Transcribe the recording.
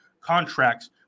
Contracts